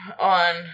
on